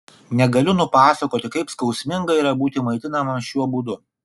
negaliu nupasakoti kaip skausminga yra būti maitinamam šiuo būdu